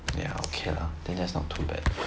ya okay lah then that's not too bad